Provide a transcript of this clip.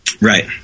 Right